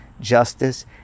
justice